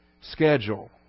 schedule